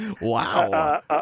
Wow